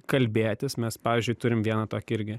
kalbėtis mes pavyzdžiui turim vieną tokį irgi